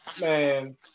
Man